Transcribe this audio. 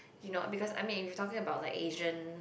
you know because I mean if you're talking about Asian